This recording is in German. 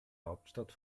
hauptstadt